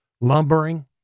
lumbering